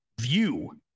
view